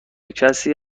کسی